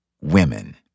Women